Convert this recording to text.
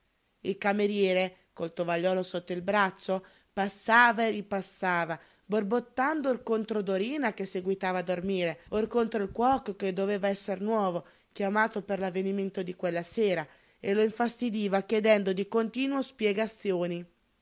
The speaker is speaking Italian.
il cameriere col tovagliolo sotto il braccio passava e ripassava borbottando or contro dorina che seguitava a dormire or contro il cuoco che doveva esser nuovo chiamato per l'avvenimento di quella sera e lo infastidiva chiedendo di continuo spiegazioni